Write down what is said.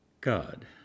God